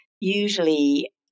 usually